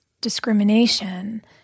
discrimination